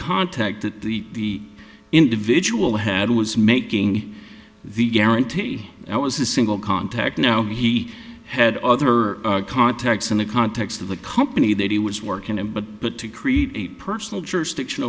that the individual had was making the guarantee that was a single contact no he had other contacts in the context of the company that he was working in but but to create a personal jurisdiction